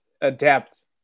adapt